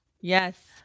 Yes